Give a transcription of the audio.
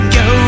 go